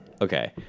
Okay